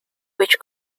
which